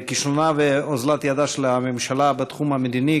כישלונה ואוזלת ידה של הממשלה בתחום המדיני,